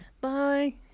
bye